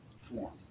form